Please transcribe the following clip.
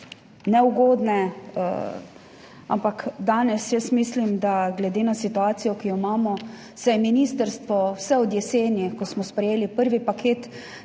neugodne, ampak danes jaz mislim, da glede na situacijo, ki jo imamo, se je ministrstvo vse od jeseni, ko smo sprejeli prvi paket